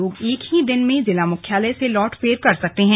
लोग एक ही दिन में जिला मुख्यालय से लौट फेर कर सकते हैं